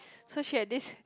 so she had this